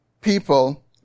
people